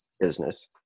business